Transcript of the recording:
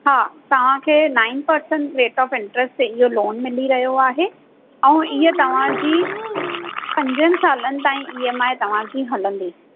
हा तव्हांखे nine percent rate of interest ते इहो लोन मिली रहियो आहे ऐं इहा तव्हांजी पंजनि सालनि ताईं ई एम आई तव्हांजी हलंदी